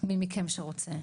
מי מכם שרוצה.